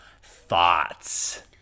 thoughts